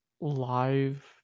live